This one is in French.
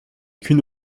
qu’une